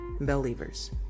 Believers